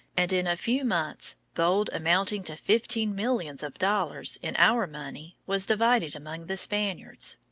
and in a few months gold amounting to fifteen millions of dollars in our money was divided among the spaniards.